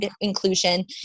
inclusion